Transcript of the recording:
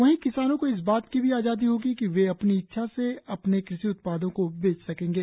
वहीं किसानों को इस बात की भी आजादी होगी कि वे अपनी ईच्छा से अपने कृषि उत्पादों को बेच सकेंगे